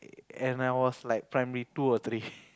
and I was like primary two or three